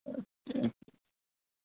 okay